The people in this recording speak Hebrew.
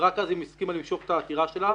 ורק אז היא הסכימה למשוך את העתירה שלה.